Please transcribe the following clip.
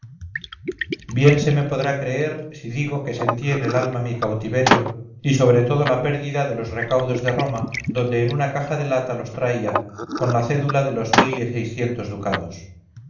bien se me podrá creer si digo que sentí en el alma mi cautiverio y sobre todo la pérdida de los recaudos de roma donde en una caja de lata los traía con la cédula de los mil y seiscientos ducados